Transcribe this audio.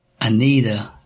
Anita